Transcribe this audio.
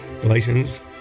Galatians